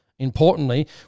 importantly